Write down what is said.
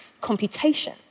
computation